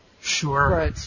Sure